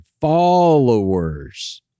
followers